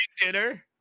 dinner